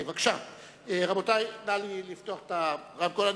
רבותי, נא לפתוח את הרמקול.